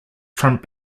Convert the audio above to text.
front